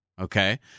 okay